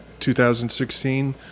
2016